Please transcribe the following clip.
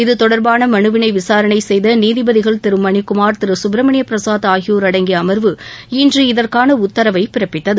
இது தொடர்பான மனுவினை விசாரணை செய்த நீதிபதிகள் திரு மணிக்குமா் திரு சுப்ரமணிய பிரசாத் ஆகியோர் அடங்கிய அமர்வு இன்று இதற்கான உத்தரவை பிறப்பித்தது